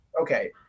Okay